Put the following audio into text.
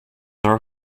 are